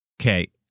okay